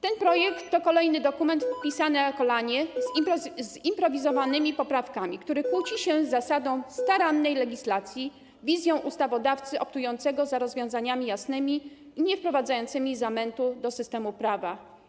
Ten projekt to kolejny dokument pisany na kolanie z improwizowanymi poprawkami, który kłóci się z zasadą starannej legislacji, wizją ustawodawcy optującego za rozwiązaniami jasnymi i niewprowadzającymi zamętu do systemu prawa.